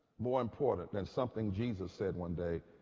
more important than something jesus said one day.